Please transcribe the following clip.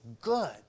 good